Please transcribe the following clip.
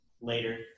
later